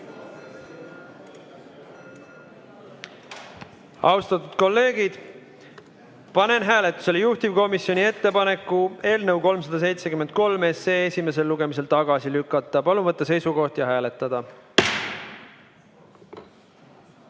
Austatud kolleegid, panen hääletusele juhtivkomisjoni ettepaneku eelnõu 373 esimesel lugemisel tagasi lükata. Palun võtta seisukoht ja hääletada!